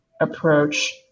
approach